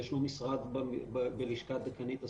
יש לו משרד בלשכת דיקנית הסטודנטים,